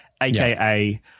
AKA